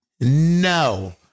no